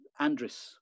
Andris